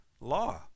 law